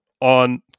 on